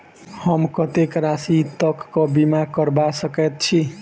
हम कत्तेक राशि तकक बीमा करबा सकैत छी?